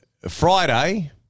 Friday